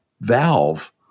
valve